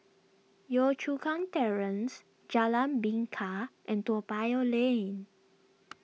Yio Chu Kang Terrace Jalan Bingka and Toa Payoh Lane